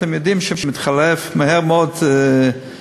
אתם יודעים שמתחלפים מהר מאוד שרים,